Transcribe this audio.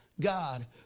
God